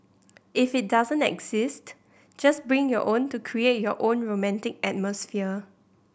if it doesn't exist just bring your own to create your own romantic atmosphere